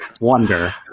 wonder